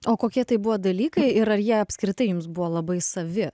o kokie tai buvo dalykai ir ar jie apskritai jums buvo labai savi